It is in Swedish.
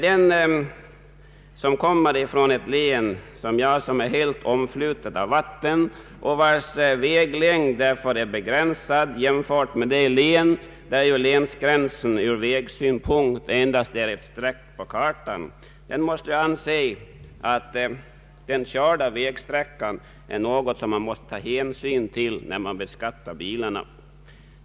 Den som i likhet med mig kommer från ett län, som är helt omflutet av vatten och vars väglängd därför är begränsad jämfört med län där länsgränsen ur vägsynpunkt endast är ett streck på kartan, måste anse att vid beskattningen av bilar hänsyn får lov att tas till den körda vägsträckan.